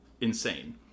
insane